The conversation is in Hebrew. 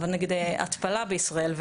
התפלה בישראל,